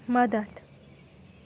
مدد